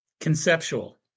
conceptual